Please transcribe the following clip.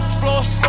floss